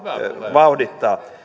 vauhdittaa